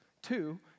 Two